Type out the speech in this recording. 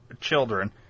children